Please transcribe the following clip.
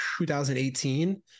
2018